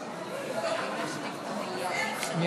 צריכים להשתיק את המליאה, אי-אפשר לדבר ככה.